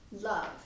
love